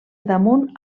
damunt